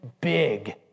big